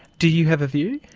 do you have a view?